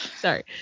sorry